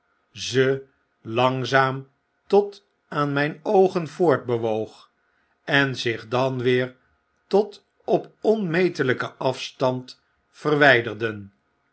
ze langzaam tot aan mijn oogen voortbewoog en zich dan weer tot op onmetelpen afstand verwyderden